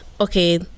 okay